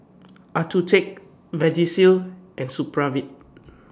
Accucheck Vagisil and Supravit